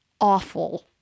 awful